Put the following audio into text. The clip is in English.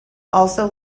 also